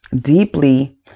deeply